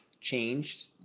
changed